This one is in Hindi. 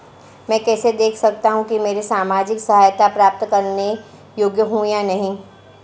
मैं कैसे देख सकता हूं कि मैं सामाजिक सहायता प्राप्त करने योग्य हूं या नहीं?